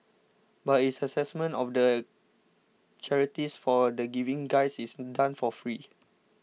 but its assessment of the charities for the Giving Guides is done for free